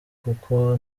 kuko